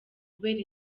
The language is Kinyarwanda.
kubera